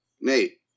Nate